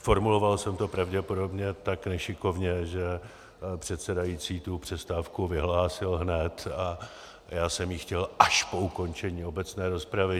Formuloval jsem to pravděpodobně tak nešikovně, že předsedající přestávku vyhlásil hned, a já jsem ji chtěl až po ukončení obecné rozpravy.